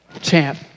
champ